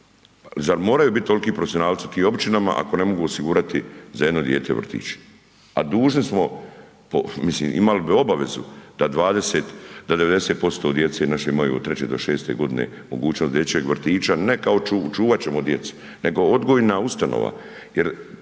Zar moraju biti toliki profesionalci u tim općinama ako ne mogu osigurati za jedno dijete vrtić. A dužni smo po, mislim imali bi obavezu da 20, da 90% djece naše imaju od 3 do 6 godine mogućnost dječjeg vrtića, ne kao čuvati ćemo djecu nego odgojna ustanova